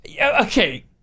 okay